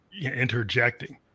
interjecting